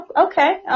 Okay